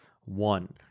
one